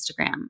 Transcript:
Instagram